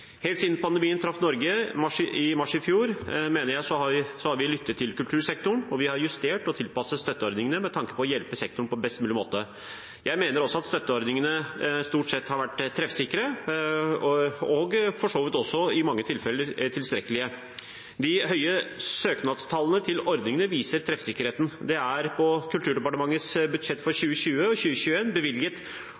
Helt siden pandemien traff Norge i mars i fjor, mener jeg vi har lyttet til kultursektoren, og vi har justert og tilpasset støtteordningene med tanke på å hjelpe sektoren på best mulig måte. Jeg mener også at støtteordningene stort sett har vært treffsikre og for så vidt også i mange tilfeller tilstrekkelige. De høye søknadstallene til ordningene viser treffsikkerheten. Det er på Kulturdepartementets budsjett for